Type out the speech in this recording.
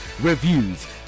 Reviews